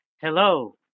Hello